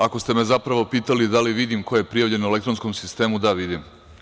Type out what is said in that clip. Ako ste me zapravo pitali da li vidim ko je prijavljen u elektronskom sistemu, da vidim.